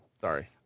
sorry